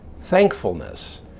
thankfulness